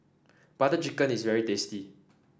Butter Chicken is very tasty